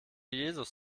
jesus